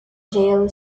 jail